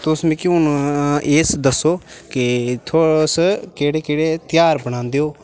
तुस मिगी हून एह् दस्सो कि तुस केह्ड़े केह्ड़े ध्यार मनांदे ओ